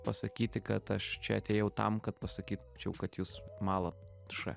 pasakyti kad aš čia atėjau tam kad pasakyčiau kad jūs malat š